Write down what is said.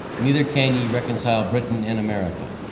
neither can ye reconcile britain and america.